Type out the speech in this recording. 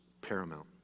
paramount